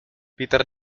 peter